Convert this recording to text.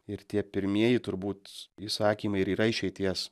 ir tie pirmieji turbūt įsakymai ir yra išeities